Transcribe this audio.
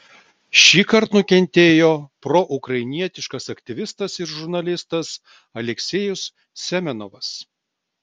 šįkart nukentėjo proukrainietiškas aktyvistas ir žurnalistas aleksejus semenovas